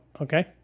okay